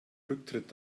rücktritt